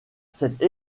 cette